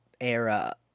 era